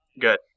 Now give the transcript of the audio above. good